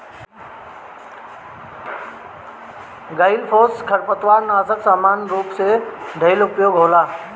glyphosate खरपतवारनाशक सामान्य रूप से ढेर उपयोग होला